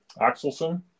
Axelson